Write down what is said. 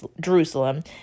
Jerusalem